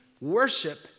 worship